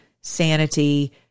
sanity